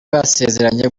basezeranye